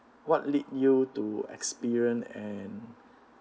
what lead you to experience and